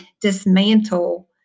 dismantle